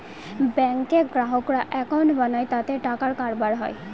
ব্যাঙ্কে গ্রাহকরা একাউন্ট বানায় তাতে টাকার কারবার হয়